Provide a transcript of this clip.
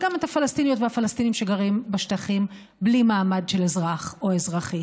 וגם את הפלסטיניות והפלסטינים שגרים בשטחים בלי מעמד של אזרח או אזרחית.